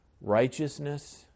righteousness